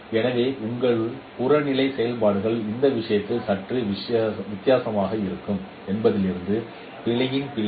எனவே உங்கள் புறநிலை செயல்பாடுகள் இந்த விஷயத்தில் சற்று வித்தியாசமாக இருக்கும் என்பதிலிருந்து பிழையின் பிழை